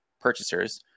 purchasers